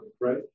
right